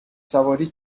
سواری